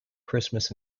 christmas